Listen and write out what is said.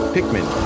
Pikmin